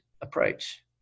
approach